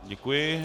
Děkuji.